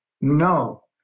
No